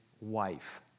wife